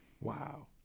Wow